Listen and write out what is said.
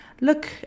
Look